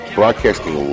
broadcasting